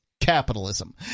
capitalism